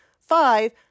five